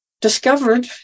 discovered